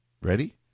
Ready